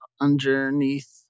underneath